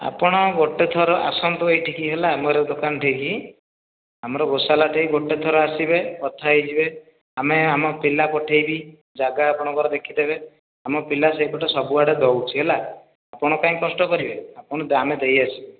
ଆପଣ ଗୋଟେଥର ଆସନ୍ତୁ ଏଇଠିକି ହେଲା ମୋର ଦୋକାନ ଠିକି ଆମର ଗୋଶାଲା ଠି ଗୋଟେଥର ଆସିବେ କଥା ହେଇଯିବେ ଆମେ ଆମ ପିଲା ପଠେଇବି ଜାଗା ଆପଣଙ୍କର ଦେଖିଦେବେ ଆମ ପିଲା ସେଇପଟ ସବୁଆଡ଼େ ଦେଉଛି ହେଲା ଆପଣ କାଇଁ କଷ୍ଟ କରିବେ ଆପଣ ଆମେ ଦେଇଆସିବୁ ଦୋକାନରେ